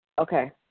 okay